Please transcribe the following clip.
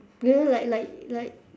you know like like like